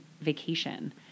vacation